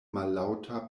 mallaŭta